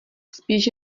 spíš